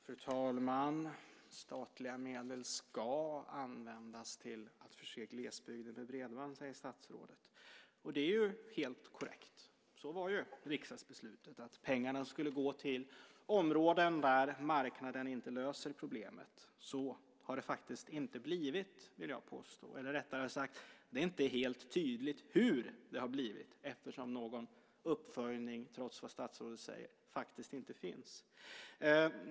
Fru talman! Statliga medel ska användas till att förse glesbygden med bredband, säger statsrådet. Det är helt korrekt. Riksdagsbeslutet var att pengarna skulle gå till områden där marknaden inte löser problemet. Så har det faktiskt inte blivit, vill jag påstå. Eller rättare sagt: Det är inte helt tydligt hur det har blivit, eftersom någon uppföljning, trots vad statsrådet säger, inte finns.